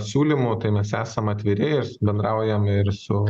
siūlymų tai mes esam atviri ir bendraujam ir su